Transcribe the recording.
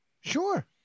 Sure